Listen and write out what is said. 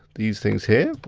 these things here.